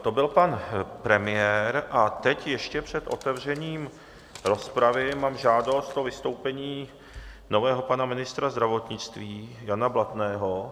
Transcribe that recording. To byl pan premiér a teď ještě před otevřením rozpravy mám žádost o vystoupení nového pana ministra zdravotnictví Jana Blatného.